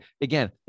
again